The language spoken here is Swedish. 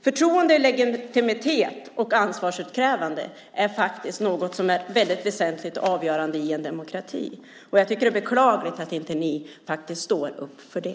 Förtroende, legitimitet och ansvarsutkrävande är faktiskt väldigt väsentligt och avgörande i en demokrati. Jag tycker att det är beklagligt att ni inte står upp för det.